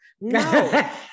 No